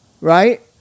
right